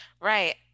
right